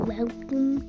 Welcome